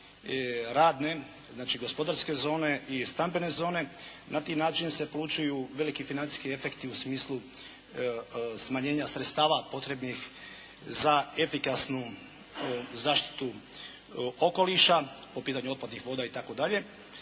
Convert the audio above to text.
radne, znači gospodarske zone i stambene zone. Na taj način se polučuju veliki financijski efekti u smislu smanjenja sredstava potrebnih za efikasnu zaštitu okoliša po pitanju otpadnih voda itd.,